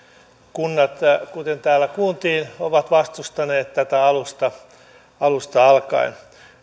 kunnat kuten täällä kuultiin ovat vastustaneet tätä alusta alusta alkaen